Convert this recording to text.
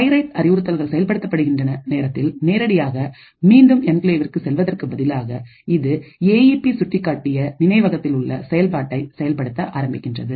ஐரெட் அறிவுறுத்தல் செயல்படுத்தப்படுகின்றன நேரத்தில் நேரடியாக மீண்டும் என்கிளேவிற்கு செல்வதற்கு பதிலாக இது ஏஈபி சுட்டிக்காட்டிய நினைவகத்தில் உள்ள செயல்பாட்டை செயல்படுத்த ஆரம்பிக்கின்றது